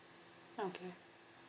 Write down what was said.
okay